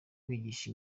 wigisha